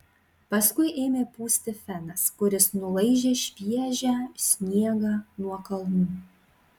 paskui ėmė pūsti fenas kuris nulaižė šviežią sniegą nuo kalnų